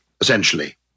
essentially